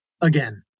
again